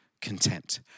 content